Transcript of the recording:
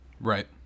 Right